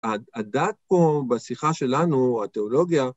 הדת פה, בשיחה שלנו, התיאולוגיה,